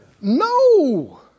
no